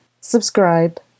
subscribe